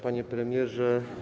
Panie Premierze!